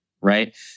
right